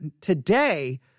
today